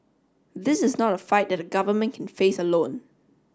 this is not a fight that the government can face alone